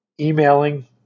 emailing